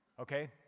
okay